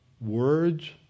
words